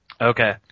Okay